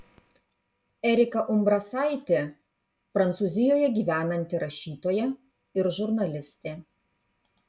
erika umbrasaitė prancūzijoje gyvenanti rašytoja ir žurnalistė